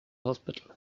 hospital